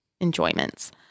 enjoyments